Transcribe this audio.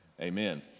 amen